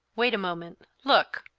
wait a moment, look!